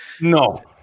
No